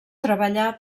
treballà